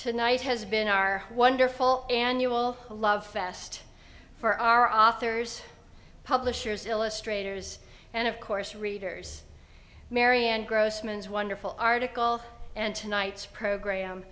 tonight has been our wonderful annual love fest for our officers publishers illustrators and of course readers marianne grossman's wonderful article and tonight's program